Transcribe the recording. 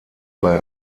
bei